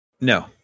No